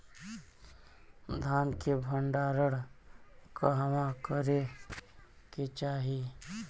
धान के भण्डारण कहवा करे के चाही?